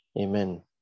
Amen